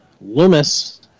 Loomis